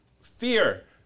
fear